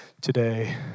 Today